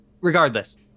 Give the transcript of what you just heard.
Regardless